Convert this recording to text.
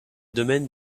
domaines